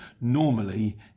Normally